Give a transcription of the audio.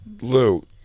Lou